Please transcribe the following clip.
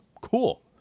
cool